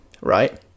right